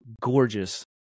gorgeous